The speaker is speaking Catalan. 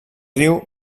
riu